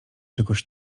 czegoś